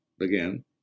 Again